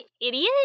idiot